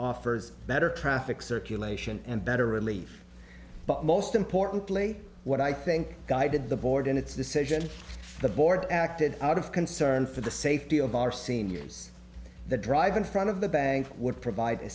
offers better traffic circulation and better relief but most importantly what i think guided the board in its decision the board acted out of concern for the safety of our seniors that drive in front of the bank would provide a